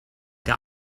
der